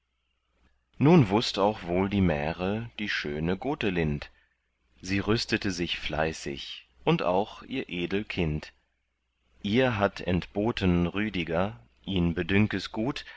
nun wußt auch wohl die märe die schöne gotelind sie rüstete sich fleißig und auch ihr edel kind ihr hatt entboten rüdiger ihn bedünk es gut